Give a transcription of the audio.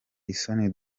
isoni